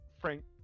Frank